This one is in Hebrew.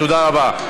תודה רבה.